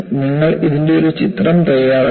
നിങ്ങൾ ഇതിൻറെ ഒരു ചിത്രം തയ്യാറാക്കുക